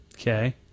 okay